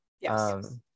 Yes